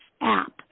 app